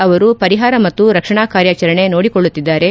ಅವರು ಪರಿಹಾರ ಮತ್ತು ರಕ್ಷಣಾ ಕಾರ್ಯಾಚರಣೆ ನೋಡಿಕೊಳ್ಳುತ್ತಿದ್ದಾರೆ